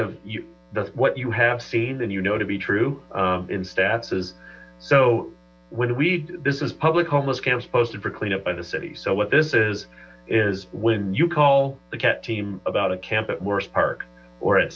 of what you have seen and you know to be true in stats is so when we this is public homeless camps posted for cleanup by the city so what this is is when you call the cat team about a camp at worst park or